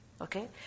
Okay